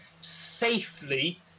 safely